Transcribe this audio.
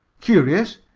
curious!